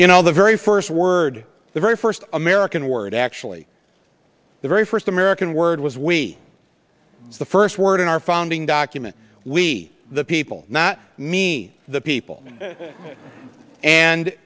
you know the very first word the very first american word actually the very first american word was we the first word in our founding document we the people not me the people and